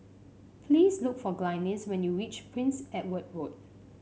please look for Glynis when you reach Prince Edward Road